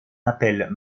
appelle